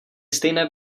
stejné